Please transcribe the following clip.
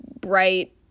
bright